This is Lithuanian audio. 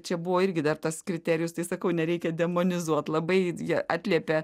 čia buvo irgi dar tas kriterijus tai sakau nereikia demonizuot labai jie atliepia